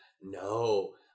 No